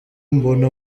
mbona